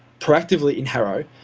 proactively in haro,